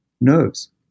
nerves